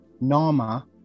nama